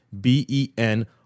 B-E-N